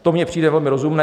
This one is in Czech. To mi přijde velmi rozumné.